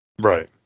right